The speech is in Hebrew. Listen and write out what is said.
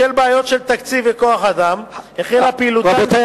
בשל בעיות של תקציב וכוח-אדם החלה פעילותן,